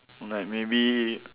like maybe